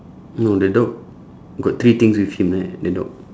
no the dog got three things with him right the dog